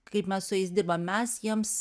kaip mes su jais dirbam mes jiems